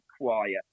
quiet